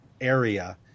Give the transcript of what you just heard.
area